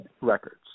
records